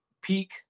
Peak